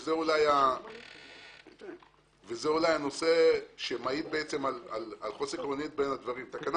וזה אולי הנושא שמעיד על חוסר איזון בין הדברים תקנה